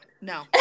no